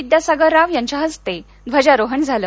विद्यासागर राव यांच्या हस्ते ध्वजारोहण झालं